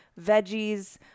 veggies